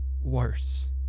worse